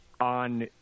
on